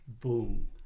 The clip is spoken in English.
Boom